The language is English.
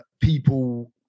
people